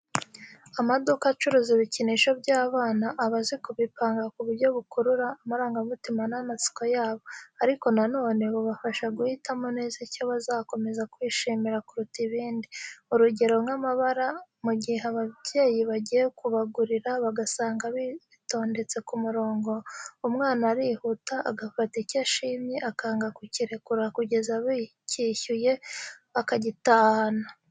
Amaduka acuruza ibikinisho by'abana, aba azi kubipanga ku buryo bukurura amarangamutima n'amatsiko yabo, ariko na none bubafasha guhitamo neza icyo bazakomeza kwishimira kuruta ibindi, urugero nk'amabara, mu gihe ababyeyi bagiye kubagurira bagasanga bitondetse ku murongo, umwana arihuta agafata icyo ashimye akanga kukirekura kugeza bacyishyuye, akagitahana.